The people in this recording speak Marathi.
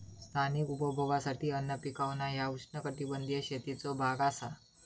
स्थानिक उपभोगासाठी अन्न पिकवणा ह्या उष्णकटिबंधीय शेतीचो भाग असा